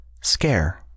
scare